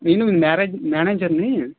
నేను మీ మేరేజ్ మేనేజర్నీ